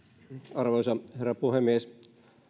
arvoisa herra puhemies